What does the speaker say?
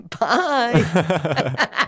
Bye